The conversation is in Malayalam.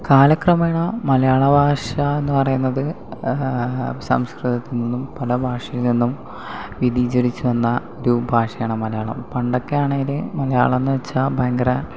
കാലക്രമേണ മലയാളഭാഷയെന്ന് പറയുന്നത് സംസ്കൃതത്തിൽ നിന്നും പല ഭാഷയിൽ നിന്നും വ്യതിചലിച്ച് വന്ന ഒരു ഭാഷയാണ് മലയാളം പണ്ടൊക്കെയാണെങ്കിൽ മലയാളമെന്ന് വെച്ചാൽ ഭയങ്കര